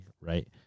right